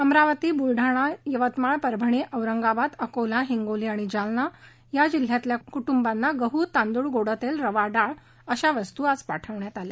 अमरावती बुलडाणा यवतमाळ परभणी औंरगाबाद अकोला हिंगोली जालना जिल्ह्यातल्या कुटुबांना गहू तांदूळ गोडतेल रवा डाळ अशा वस्तू आज पाठवण्यात आल्या